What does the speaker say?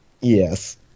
Yes